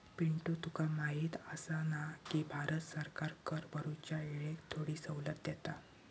पिंटू तुका माहिती आसा ना, की भारत सरकार कर भरूच्या येळेक थोडी सवलत देता